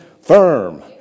firm